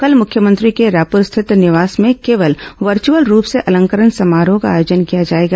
कल मुख्यमंत्री के रायपूर स्थित निवास में केवल वर्चुअल रूप में अलंकरण समारोह का आयोजन किया जाएगा